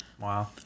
Wow